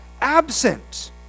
absent